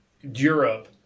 Europe